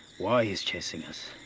why he's chasing us.